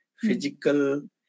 physical